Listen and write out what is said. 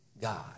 God